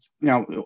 now